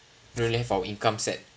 really have our income set